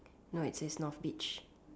not it says Northbridge